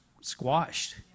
squashed